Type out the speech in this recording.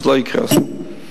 לא יקרה אסון.